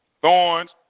Thorns